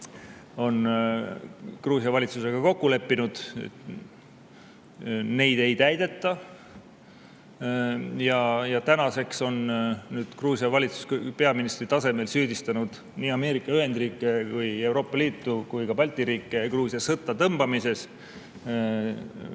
on Gruusia valitsusega kokku leppinud, neid ei täideta. Tänaseks on Gruusia valitsus peaministri tasemel süüdistanud nii Ameerika Ühendriike, Euroopa Liitu kui ka Balti riike Gruusia sõtta tõmbamises, justkui